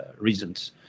reasons